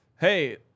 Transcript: hey